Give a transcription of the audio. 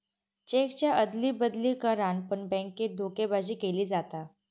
चेकच्या अदली बदली करान पण बॅन्केत धोकेबाजी केली जाता